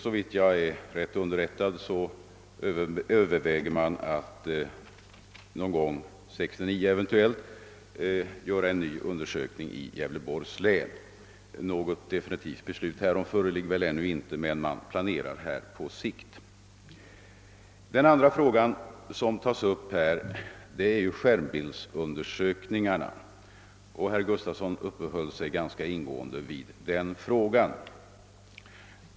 Om jag är rätt underrättad överväger man att eventuellt någon gång 1969 göra en ny undersökning i Gävleborgs län. Något definitivt beslut härom föreligger väl ännu inte, men detta är vad som planeras på sikt. Den andra fråga som togs upp var skärmbildsundersökningarna. Herr Gustavsson uppehöll sig ganska länge vid den frågan.